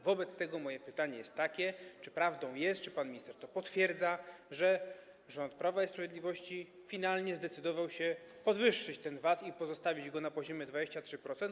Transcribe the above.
Wobec tego moje pytanie jest takie: Czy prawdą jest, czy pan minister to potwierdza, że rząd Prawa i Sprawiedliwości finalnie zdecydował się podwyższyć ten VAT i pozostawić go na poziomie 23%?